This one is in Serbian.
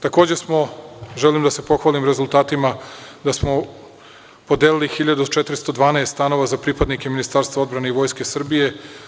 Takođe smo, želim da se pohvalim rezultatima, podelili 1412 stanova za pripadnike Ministarstva odbrane i Vojske Srbije.